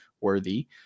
worthy